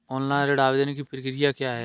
Online ऋण आवेदन की प्रक्रिया क्या है?